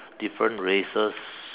different races